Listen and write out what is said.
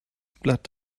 blatt